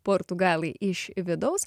portugalai iš vidaus